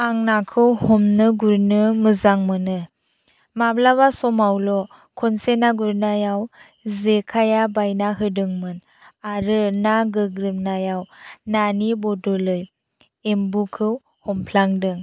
आं नाखौ हमनो गुरनो मोजां मोनो माब्लाबा समावल' खनसे ना गुरनायाव जेखाइया बायना होदोंमोन आरो ना गोग्रोमनायाव नानि बदलै एम्बुखौ हमफ्लांदों